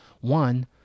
one